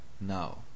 now